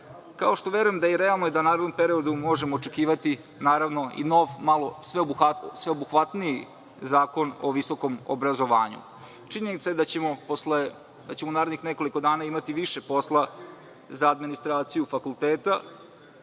Kao što verujem i realno je da možemo očekivati i sveobuhvatniji zakon o visokom obrazovanju. Činjenica je da ćemo u narednih nekoliko dana imati više posla za administraciju fakulteta,